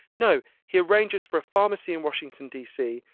no. he arranges for a pharmacy in washington, d c,